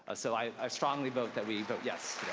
ah so i strongly vote that we vote yes.